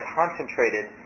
concentrated